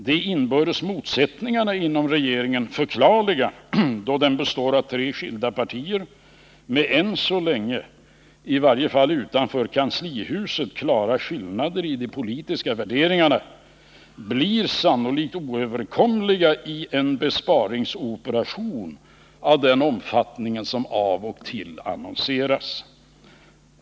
De inbördes motsättningarna inom regeringen — förklarliga då den består av tre skilda partier med än så länge, i varje fall utanför kanslihuset, klara skillnader i de politiska värderingarna — blir sannolikt oöverkomliga i en besparingsoperation av den omfattning som av och till annonseras.